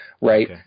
right